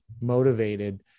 motivated